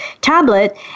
tablet